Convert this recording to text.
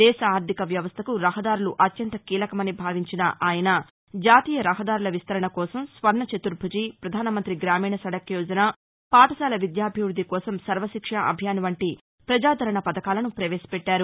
దేశ ఆర్ధిక వ్యవస్థకు రహదారులు అత్యంత కీలకమని భావించిన ఆయన జాతీయ రహదారుల విస్తరణ కోసం స్వర్ణ చతుర్భుజి ప్రధాన మంతి గ్రామీణ సదక్ యోజన పాఠశాల విద్యాభివృద్ది కోసం సర్వశిక్ష అభియాన్ వంటి పజాదరణ పధకాలను ప్రవేశపెట్టారు